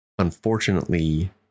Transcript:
Unfortunately